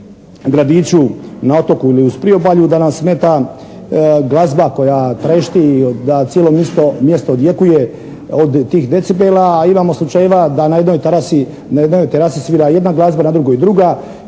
na otoku ili uz priobalju da nam smeta glazba koja trešti da cijelo misto, mjesto odjekuje od tih decibela. A imamo slučajeva da na jednoj terasi svira jedna glazba, na drugoj druga